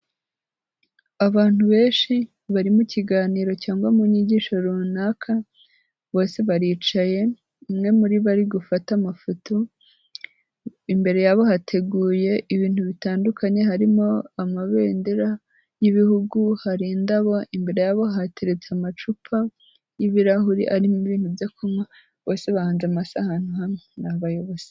Abantu benshi bari mu kiganiro cyangwa mu nyigisho runaka bose baricaye umwe muribo ari gufata amafoto, imbere yabo hateguye ibintu bitandukanye harimo amabendera y'ibihugu hari indabo, imbere yabo hateretse amacupa y'ibirahuri arimo ibintu byo kunywa bose bahanze amaso ahantu hamwe ni abayobozi.